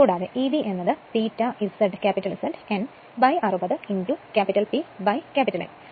കൂടാതെ Eb ∅ Z n 60 P A